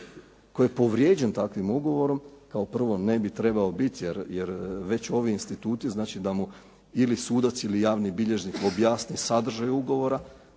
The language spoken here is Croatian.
tko je povrijeđen takvim ugovorom, kao prvo ne bi trebao biti jer već ovi instituti znači da mu ili sudac ili javni bilježnik objasni sadržaj ugovora,